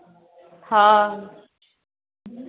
हँ